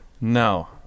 No